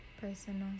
Personal